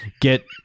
get